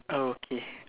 oh okay